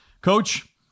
coach